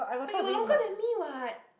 oh you were longer than me what